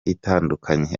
itandukanye